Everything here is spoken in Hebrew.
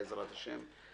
בעזרת השם,